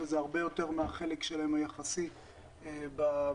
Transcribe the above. זה הרבה יותר מהחלק היחסי שלהם בכבישים